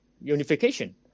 unification